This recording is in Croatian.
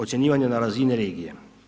Ocjenjivanje na razini regije.